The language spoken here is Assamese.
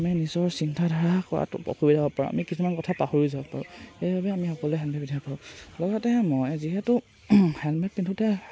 আমি নিজৰ চিন্তাধাৰা কৰাটো অসুবিধা হ'ব পাৰোঁ আমি কিছুমান কথা পাহৰি যাব পাৰোঁ সেইবাবে আমি সকলোৱে হেলমেট পিন্ধা কৰোঁ লগতে মই যিহেতু হেলমেট পিন্ধোতে